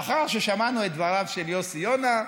לאחר ששמענו את דבריו של יוסי יונה,